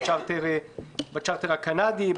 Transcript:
בצ'רטר הקנדי,